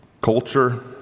Culture